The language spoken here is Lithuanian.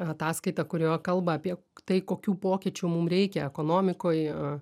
ataskaitą kurioje kalba apie tai kokių pokyčių mum reikia ekonomikoj